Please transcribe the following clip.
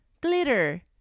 Glitter